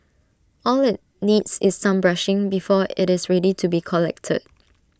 all IT needs is some brushing before IT is ready to be collected